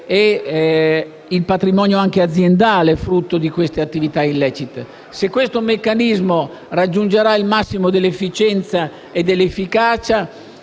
il patrimonio - anche quello aziendale - frutto di attività illecite. Se questo meccanismo raggiungerà il massimo dell'efficienza e dell'efficacia,